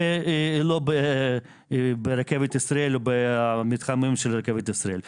ולא ברכבת ישראל או במתחמים של רכבת ישראל,